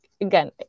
again